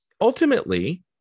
Ultimately